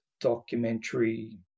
documentary